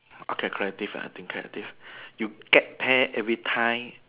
okay creative I think creative you get tear everytime